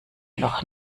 noch